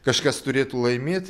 kažkas turėtų laimėt